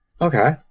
Okay